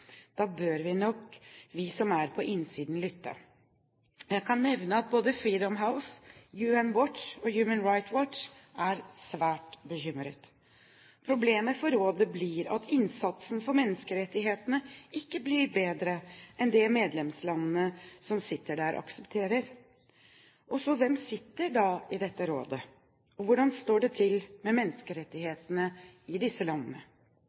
bør nok vi som er på innsiden, lytte. Jeg kan nevne at både Freedom House, UN Watch og Human Rights Watch er svært bekymret. Problemet for rådet blir at innsatsen for menneskerettighetene ikke blir bedre enn det medlemslandene som sitter der, aksepterer. Hvem sitter så i dette rådet, og hvordan står det til med menneskerettighetene i disse landene?